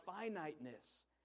finiteness